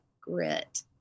grit